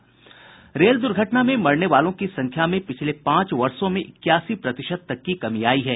rail द्र्घटना में मरने वालों की संख्या में पिछले पांच वर्षो में इक्यासी प्रतिशत तक की कमी आई है